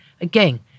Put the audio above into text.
again